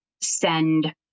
send